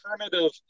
alternative